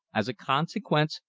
as a consequence,